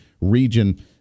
region